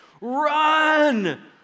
Run